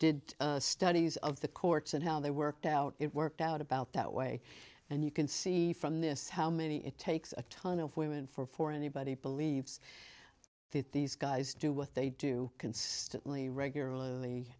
did studies of the courts and how they worked out it worked out about that way and you can see from this how many it takes a ton of women for for anybody believes that these guys do what they do consistently regularly